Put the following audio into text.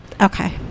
Okay